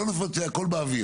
לא נפצה הכול באוויר.